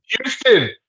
Houston